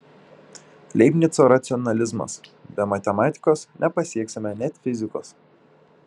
leibnico racionalizmas be matematikos nepasieksime net fizikos